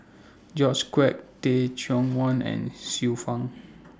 George Quek Teh Cheang Wan and Xiu Fang